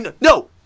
No